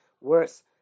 worse